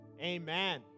Amen